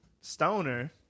Stoner